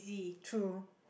true